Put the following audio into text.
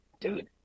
Dude